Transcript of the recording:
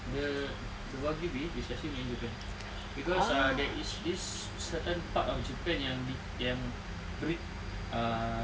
the the wagyu beef is actually made in japan cause there is this certain part of japan yang yang ah